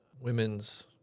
Women's